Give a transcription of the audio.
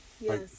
Yes